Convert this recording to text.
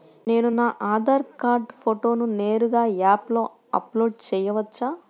నేను నా ఆధార్ కార్డ్ ఫోటోను నేరుగా యాప్లో అప్లోడ్ చేయవచ్చా?